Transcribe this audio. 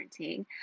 parenting